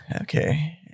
okay